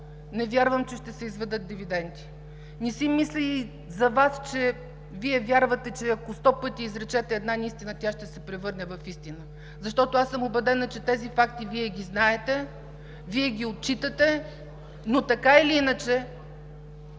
не вярвам, че ще се изведат дивиденти. Не си мисля и за Вас, че Вие вярвате, че ако сто пъти изречете една неистина, тя ще се превърне в истина, защото аз съм убедена, че тези факти Вие ги знаете, Вие ги отчитате, но така или иначе